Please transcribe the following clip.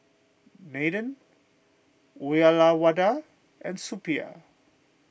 Nathan Uyyalawada and Suppiah